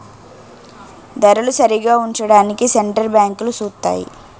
ధరలు సరిగా ఉంచడానికి సెంటర్ బ్యాంకులు సూత్తాయి